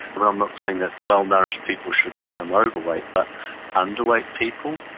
and i'm not saying that well-nourished people should become overweight, but underweight people,